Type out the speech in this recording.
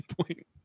point